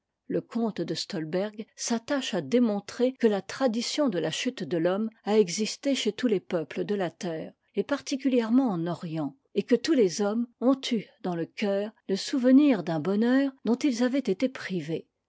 le comte de stolberg s'attache à démontrer que la tradition de la chute de t'homme a existé chez tous les peuples de la terre et particulièrement en orient et que tous les hommes ont eu dans le cœur le souvenir d'un bonheur dont ils avaient été privés